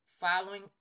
Following